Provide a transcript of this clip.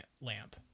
lamp